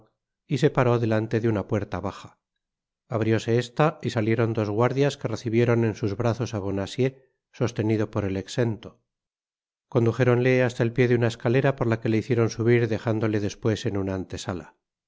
y se paró delante de una puerta baja abrióse esta y salieron dos guardias que recibieron en sus brazos á bonacieux sostenido por el exento condujéronle hasta el pié de una escalera por la que le hicieron subir dejándole despues en una antesala